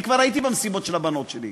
אני כבר הייתי במסיבות של הבנות שלי.